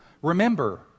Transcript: Remember